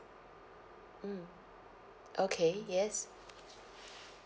mm okay yes